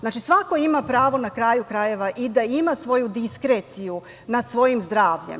Znači, svako ima pravo, na kraju krajeva, i da ima svoju diskreciju nad svojim zdravljem.